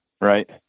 right